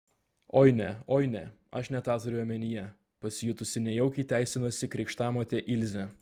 oi ne oi ne aš ne tą turiu omenyje pasijutusi nejaukiai teisinosi krikštamotė ilzė